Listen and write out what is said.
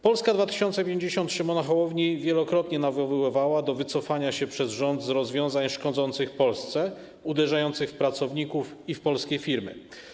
Polska 2050 Szymona Hołowni wielokrotnie nawoływała do wycofania się przez rząd z rozwiązań szkodzących Polsce, uderzających w pracowników i w polskie firmy.